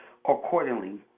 accordingly